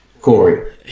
Corey